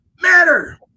matter